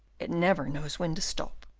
it never knows when to stop.